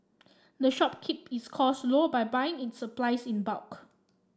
the shop keep its costs low by buying its supplies in bulk